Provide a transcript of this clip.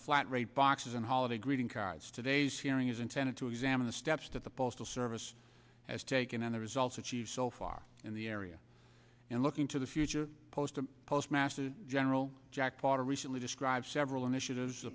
flat rate boxes and holiday greeting cards today's hearing is intended to examine the steps that the postal service has taken and the results achieved so far in the area and looking to the future post a postmaster general jack potter recently described several initiatives